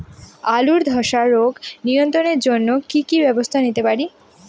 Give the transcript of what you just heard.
আলুর ধ্বসা রোগ নিয়ন্ত্রণের জন্য কি কি ব্যবস্থা নিতে পারি?